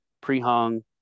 pre-hung